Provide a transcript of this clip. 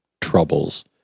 troubles